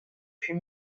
puis